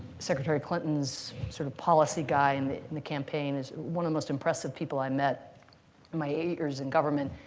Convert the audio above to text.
secretary clinton's sort of policy guy in the in the campaign is one of the most impressive people i met in my eight years in government.